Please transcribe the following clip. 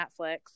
netflix